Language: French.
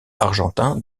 argentins